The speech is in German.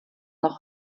noch